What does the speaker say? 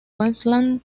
queensland